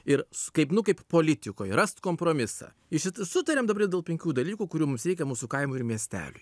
ir s kaip nu kaip politikoj rast kompromisą ir šit sutariam dėl penkių dalykų kurių mums reikia mūsų kaimui ir miesteliui